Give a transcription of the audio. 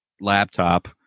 laptop